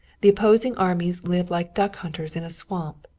the opposing armies lived like duck hunters in a swamp.